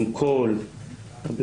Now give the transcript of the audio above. עם כל הבירוקרטיה